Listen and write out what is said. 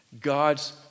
God's